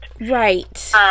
Right